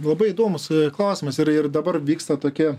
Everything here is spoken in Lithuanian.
labai įdomus klausimas ir ir dabar vyksta tokia